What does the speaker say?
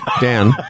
Dan